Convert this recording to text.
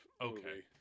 okay